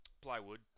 plywood